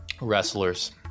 Wrestlers